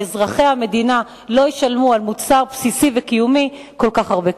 שאזרחי המדינה לא ישלמו על מוצר בסיסי וקיומי כל כך הרבה כסף.